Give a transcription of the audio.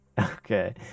Okay